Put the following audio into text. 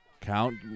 Count